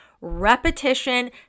Repetition